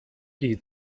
qui